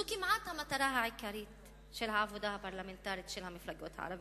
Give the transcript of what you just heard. זו כמעט המטרה העיקרית של העבודה הפרלמנטרית של המפלגות הערביות,